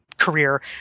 career